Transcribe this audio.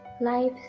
life